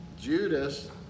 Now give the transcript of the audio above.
Judas